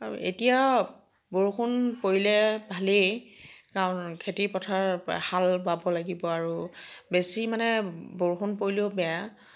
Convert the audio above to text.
আৰু এতিয়া বৰষুণ পৰিলে ভালেই কাৰণ খেতি পথাৰ হাল বাব লাগিব আৰু বেছি মানে বৰষুণ পৰিলেও বেয়া